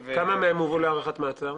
ו --- כמה מהם הובאו להארכת מעצר?